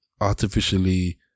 artificially